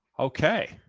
okay.